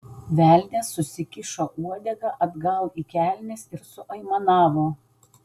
velnias susikišo uodegą atgal į kelnes ir suaimanavo